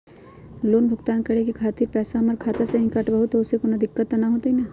Loan भुगतान करे के खातिर पैसा हमर खाता में से ही काटबहु त ओसे कौनो दिक्कत त न होई न?